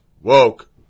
woke